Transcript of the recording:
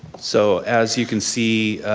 so as you can see,